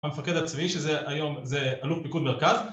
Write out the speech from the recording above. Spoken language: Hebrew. המפקד הצבאי, שזה היום, זה, אלוף פיקוד מרכז